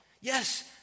Yes